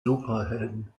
superhelden